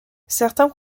certains